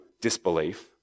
disbelief